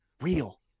real